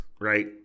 right